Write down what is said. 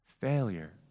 failure